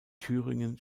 thüringen